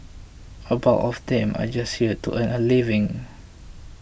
a bulk of them are just here to earn a living